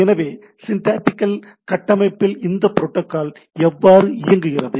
எனவே ஒரு சிண்டாக்டிக்கல் கட்டமைப்பில் இந்த புரோட்டோகால் எவ்வாறு இயங்குகிறது